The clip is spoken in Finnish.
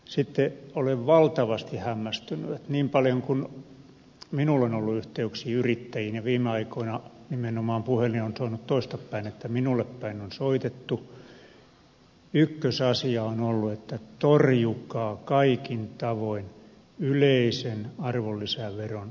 sitten olen valtavasti hämmästynyt että niin paljon kuin minulla on ollut yhteyksiä yrittäjiin ja viime aikoina nimenomaan puhelin on soinut toisinpäin minulle päin on soitettu niin ykkösasia on ollut että torjukaa kaikin tavoin yleisen arvonlisäveron korotus